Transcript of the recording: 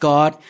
God